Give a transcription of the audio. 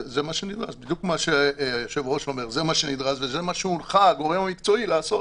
זה מה שנדרש וזה מה שהונחה הגורם המקצועי לעשות